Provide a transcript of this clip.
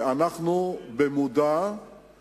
מעלה הוא בעצם רעיון שאנחנו גם אמרנו אותו פה,